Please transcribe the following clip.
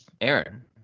Aaron